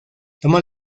toma